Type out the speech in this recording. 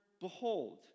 behold